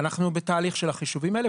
אנחנו בתהליך של החישובים האלה,